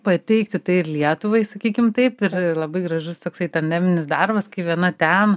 pateikti tai ir lietuvai sakykim taip ir labai gražus toksai tandeminis darbas kai viena ten